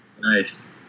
Nice